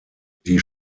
die